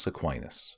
Aquinas